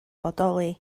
bodoli